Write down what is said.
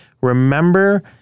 remember